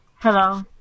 Hello